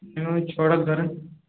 হ্যাঁ ওই ছটার ধারে